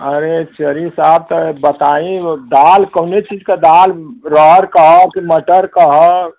अरे चरी साहब तो बताईं वो दाल कौने चीज का दाल रहर का है कि मटर का है